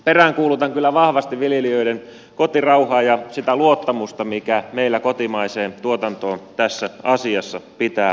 peräänkuulutan kyllä vahvasti viljelijöiden kotirauhaa ja sitä luottamusta mikä meillä kotimaiseen tuotantoon tässä asiassa pitää olla